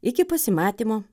iki pasimatymo